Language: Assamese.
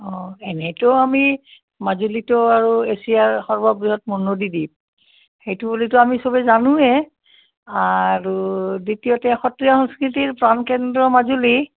অঁ এনেইতো আমি মাজুলীতো আৰু এছিয়াৰ সৰ্ববৃহৎ নদী দ্বীপ সেইটো বুলিতো আমি চবে জানোৱে আৰু দ্বিতীয়তে সত্ৰীয়া সংস্কৃতিৰ প্ৰাণকেন্দ্ৰ মাজুলী